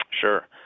Sure